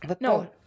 no